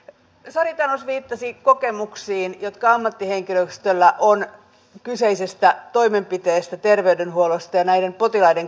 sari tanus viittasi kokemuksiin joita ammattihenkilöstöllä on kyseisestä toimenpiteestä terveydenhuollosta ja näiden potilaiden kohtaamisesta